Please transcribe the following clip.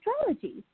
astrology